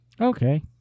Okay